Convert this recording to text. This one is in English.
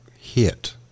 hit